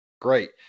Great